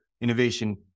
innovation